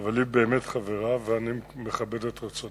אבל היא באמת חברה, ואני מכבד את רצונה.